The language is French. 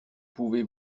pouvez